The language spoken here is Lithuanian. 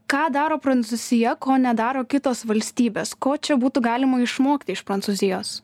ką daro prancūzija ko nedaro kitos valstybės ko čia būtų galima išmokti iš prancūzijos